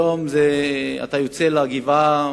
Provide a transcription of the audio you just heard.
היום אתה יוצא לגבעה